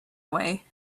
away